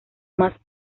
más